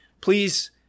Please